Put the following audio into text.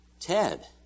Ted